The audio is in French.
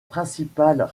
principales